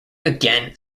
again